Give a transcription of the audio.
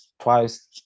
twice